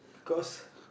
because